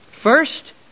First